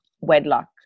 wedlock